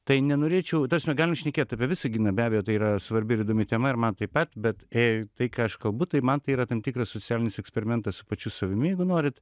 tai nenorėčiau ta prasme galim šnekėt apie visaginą be abejo tai yra svarbi ir įdomi tema ir man taip pat bet į tai ką aš kalbu tai man tai yra tam tikras socialinis eksperimentas su pačiu savimi jeigu norit